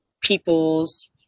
people's